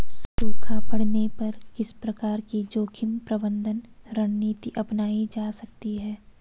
सूखा पड़ने पर किस प्रकार की जोखिम प्रबंधन रणनीति अपनाई जा सकती है?